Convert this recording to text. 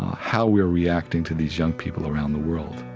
how we're reacting to these young people around the world